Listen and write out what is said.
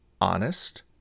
honest